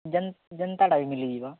ଯେନ୍ ଯେନ୍ତା ଟାଇପ୍ ମିଳିଯିବ